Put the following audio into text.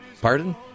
Pardon